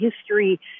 history